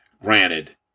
Granted